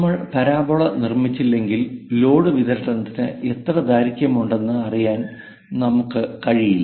നമ്മൾ പരാബോള നിർമ്മിച്ചില്ലെങ്കിൽ ലോഡ് വിതരണത്തിന് എത്ര ദൈർഘ്യമുണ്ടെന്ന് അറിയാൻ നമുക്ക് കഴിയില്ല